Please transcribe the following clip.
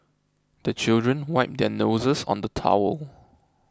the children wipe their noses on the towel